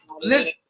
listen